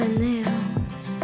nails